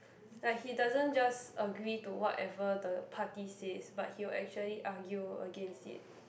like he doesn't just agree to whatever the party says but he will actually argue against it